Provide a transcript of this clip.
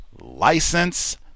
license